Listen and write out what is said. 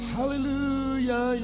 Hallelujah